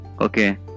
Okay